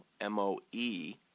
M-O-E